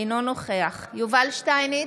אינו נוכח יובל שטייניץ,